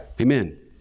Amen